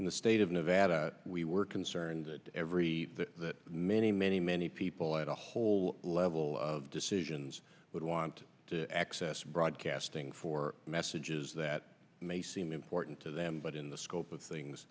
and the state of nevada we were concerned that many many many people as a whole level of decisions would want to access broadcasting for messages that may seem important to them but in the scope of things